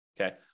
okay